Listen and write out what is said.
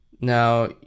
Now